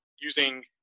using